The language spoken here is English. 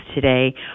today